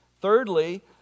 Thirdly